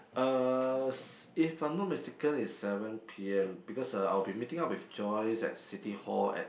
uh if I'm not mistaken it's seven p_m because uh I'll be meeting up with Joyce at City-Hall at